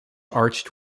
arched